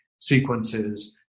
sequences